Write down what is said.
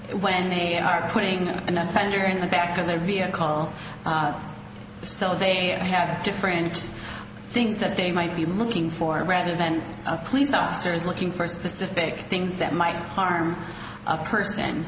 with when they are putting on an offender in the back of their vehicle so they have different things that they might be looking for rather than a police officer is looking for specific things that might harm a person